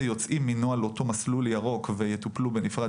יוצאים מנוהל המסלול הירוק וטופלו בנפרד,